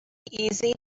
easy